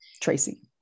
Tracy